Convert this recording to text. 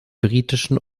britischen